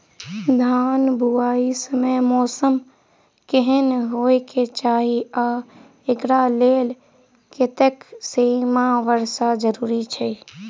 धान बुआई समय मौसम केहन होइ केँ चाहि आ एकरा लेल कतेक सँ मी वर्षा जरूरी छै?